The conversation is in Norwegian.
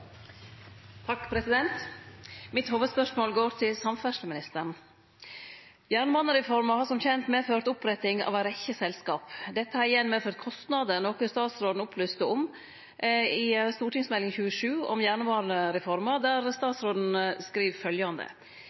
Mitt spørsmål går til samferdsleministeren. Jernbanereforma har som kjent medført oppretting av ei rekkje selskap. Dette har igjen medført kostnader, noko statsråden opplyste om i Meld. St. 27 for 2014–2015, om jernbanereforma, der statsråden skriv følgjande: